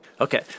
Okay